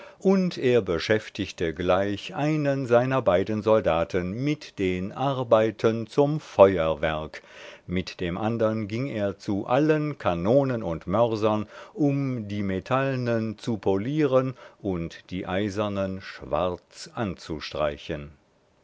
und er beschäftigte gleich einen seiner beiden soldaten mit den arbeiten zum feuerwerk mit dem andern ging er zu allen kanonen und mörsern um die metallnen zu polieren und die eisernen schwarz anzustreichen